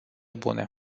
bune